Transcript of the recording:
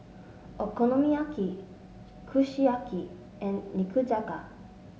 Okonomiyaki Kushiyaki and Nikujaga